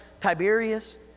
Tiberius